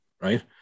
right